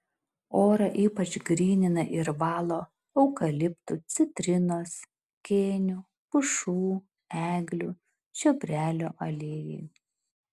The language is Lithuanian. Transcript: orą ypač grynina ir valo eukaliptų citrinos kėnių pušų eglių čiobrelio aliejai